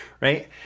Right